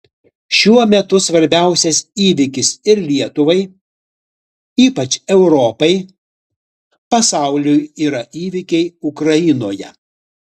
šiuo metu svarbiausias įvykis ir lietuvai ypač europai pasauliui yra įvykiai ukrainoje